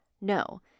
No